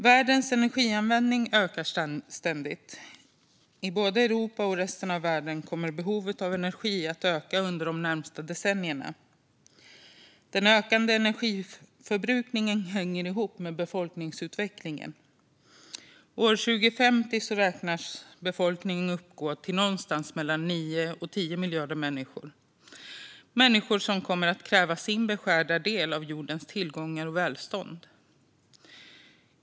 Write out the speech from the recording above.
Världens energianvändning ökar ständigt. I både Europa och resten av världen kommer behovet av energi att öka under de närmaste decennierna. Den ökande energiförbrukningen hänger ihop med befolkningsutvecklingen. År 2050 beräknas befolkningen uppgå till någonstans mellan 9 och 10 miljarder människor. Det är människor som kommer att kräva sin beskärda del av jordens tillgångar och välstånd.